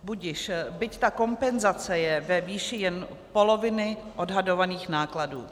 Budiž, byť ta kompenzace je ve výši jen poloviny odhadovaných nákladů.